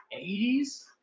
80s